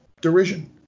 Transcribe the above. derision